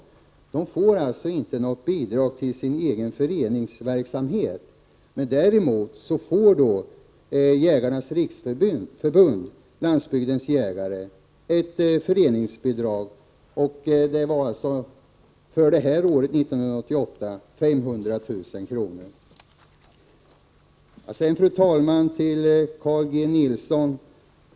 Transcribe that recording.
Svenska jägareförbundet får alltså inte bidrag till sin egen föreningsverksamhet. Däremot får Jägarnas riksförbund-Landsbygdens jägare ett föreningsbidrag, som för 1988 uppgår till 500 000 kr. Sedan några ord till Carl G Nilsson.